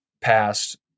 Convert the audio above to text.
past